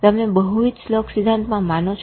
તમે બહુવિધ શ્લોક સિદ્ધાંતમાં માનો છો